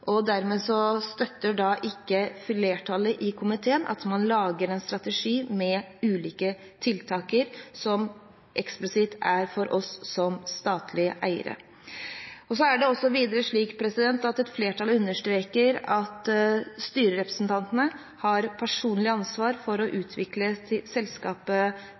og dermed støtter ikke flertallet i komiteen at man lager en strategi med ulike tiltak som eksplisitt er for oss som statlige eiere. Videre understreker et flertall at styrerepresentantene har et personlig ansvar for å utvikle selskapet